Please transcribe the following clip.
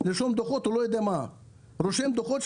לרשום דוחות, הוא רושם שם דוחות.